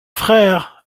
frère